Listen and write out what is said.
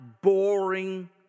boring